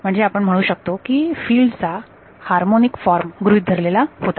म्हणजे आपण म्हणू शकतो की फिल्ड चा हार्मोनिक फॉर्म गृहीत धरलेला होता